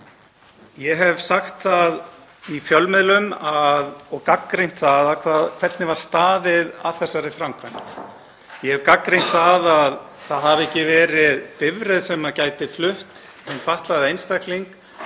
Ég hef sagt það í fjölmiðlum og gagnrýnt það hvernig staðið var að þessari framkvæmd. Ég hef gagnrýnt að það hafi ekki verið bifreið sem gæti flutt hinn fatlaða einstakling